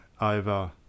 over